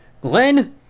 glenn